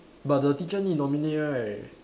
but the teacher need nominate right